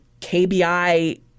KBI